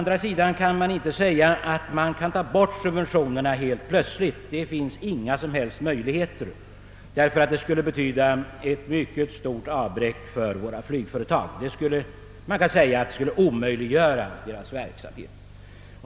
Det finns å andra sidan inga som helst möjligheter att plötsligt ta bort subventionerna. Det skulle betyda ett mycket stort avbräck för våra flygföretag — man kan säga att det skulle omöjliggöra deras verksamhet.